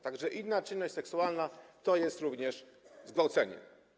Tak że inna czynność seksualna to jest również zgwałcenie.